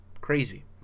Crazy